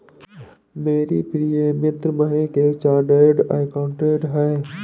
मेरी प्रिय मित्र महक एक चार्टर्ड अकाउंटेंट है